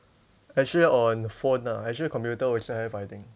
actually on phone ah actually computer also have I think